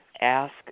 ask